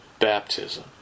baptism